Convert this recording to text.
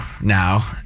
now